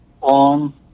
on